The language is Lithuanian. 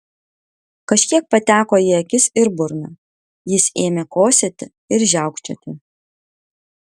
kažkiek pateko į akis ir burną jis ėmė kosėti ir žiaukčioti